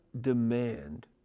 demand